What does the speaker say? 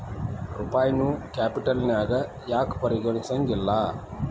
ರೂಪಾಯಿನೂ ಕ್ಯಾಪಿಟಲ್ನ್ಯಾಗ್ ಯಾಕ್ ಪರಿಗಣಿಸೆಂಗಿಲ್ಲಾ?